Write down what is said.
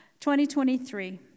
2023